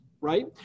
right